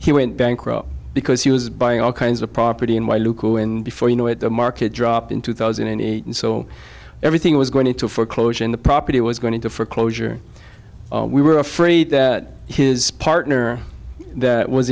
he went bankrupt because he was buying all kinds of property in my local in before you know it the market drop in two thousand and eight and so everything was going into foreclosure and the property was going into foreclosure we were afraid that his partner that was